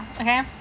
okay